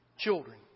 Children